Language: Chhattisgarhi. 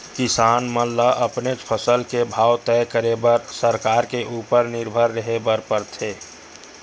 किसान मन ल अपनेच फसल के भाव तय करे बर सरकार के उपर निरभर रेहे बर परथे